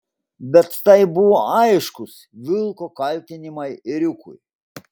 bet tai buvo aiškūs vilko kaltinimai ėriukui